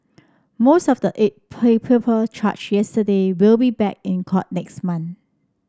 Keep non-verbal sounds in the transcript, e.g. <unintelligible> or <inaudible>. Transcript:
most of the eight <unintelligible> people charge yesterday will be back in court next month